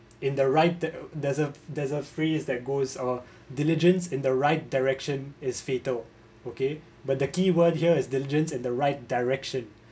in the right there there's a there's a phrase that goes uh diligence in the right direction is fatal okay but the keyword here is diligence in the right direction